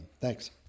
thanks